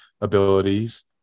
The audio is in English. Abilities